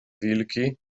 wilki